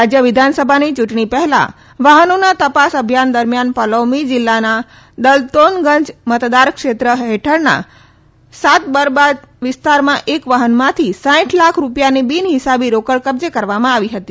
રાજ્ય વિધાનસભાની યૂંટણી પહેલા વાહનોના તપાસ અભિયાન દરમિયાન પલામૌ જિલ્લાના દલતોનગંજ મતદાર ક્ષેત્ર હેઠળના સાતબરબા વિસ્તારમાં એક વાહનમાંથી સાંઇઠ લાખ રૂપિયાની બિનહિસાબી રોકડ કબજે કરવામાં આવી હતી